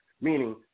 Meaning